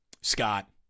Scott